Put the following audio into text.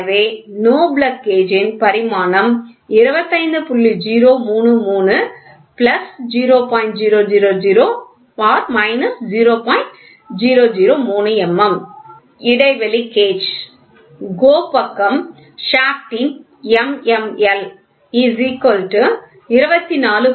எனவே 'NO GO' plug கேஜின் பரிமாணம் இடைவெளி கேஜ் GO பக்கம் ஷாஃப்ட் ன் M